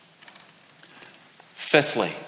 Fifthly